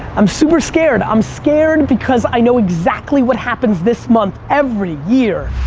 i'm super scared. i'm scared because i know exactly what happens this month every year.